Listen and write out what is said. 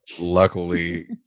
luckily